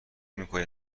میکنید